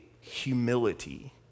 humility